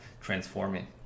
transforming